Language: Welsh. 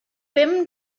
bum